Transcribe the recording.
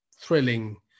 thrilling